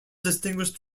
distinguished